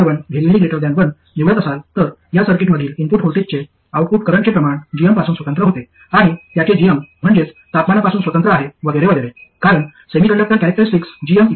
म्हणून जर आपण gmR1 1 निवडत असाल तर या सर्किटमधील इनपुट व्होल्टेजचे आउटपुट करंटचे प्रमाण gm पासून स्वतंत्र होते आणि त्याचे gm म्हणजेच तापमानापासून स्वतंत्र आहे वगैरे वगैरे कारण सेमीकंडक्टर कॅरॅक्टरिस्टिक्स gm इ